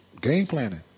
game-planning